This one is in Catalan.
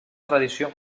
tradició